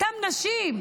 אותן נשים,